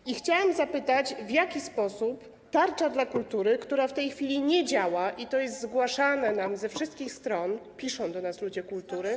I chciałam zapytać: W jaki sposób tarcza dla kultury, który to system w tej chwili nie działa - i to jest zgłaszane nam ze wszystkich stron, piszą do nas ludzie kultury.